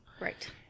Right